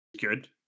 good